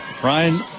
brian